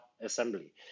assembly